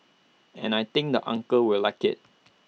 and I think the uncles will like IT